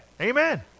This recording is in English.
Amen